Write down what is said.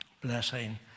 blessing